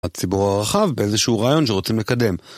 הציבור הרחב באיזשהו רעיון שרוצים לקדם.